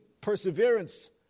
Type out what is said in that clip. perseverance